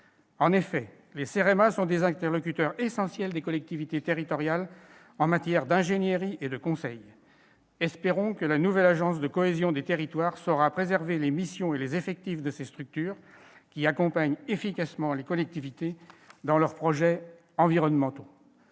En effet, le CEREMA est un interlocuteur essentiel des collectivités territoriales en matière d'ingénierie et de conseil. Espérons que la future agence nationale de la cohésion des territoires saura préserver les missions et les effectifs de cette structure, qui accompagne efficacement les collectivités dans leurs projets environnementaux.